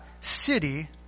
city